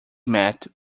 met